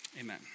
Amen